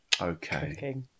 Okay